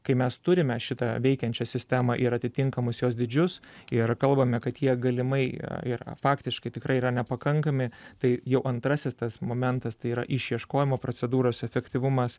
kai mes turime šitą veikiančią sistemą ir atitinkamus jos dydžius ir kalbame kad jie galimai yra faktiškai tikrai yra nepakankami tai jau antrasis tas momentas tai yra išieškojimo procedūros efektyvumas